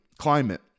climate